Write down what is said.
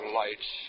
lights